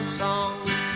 songs